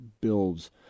builds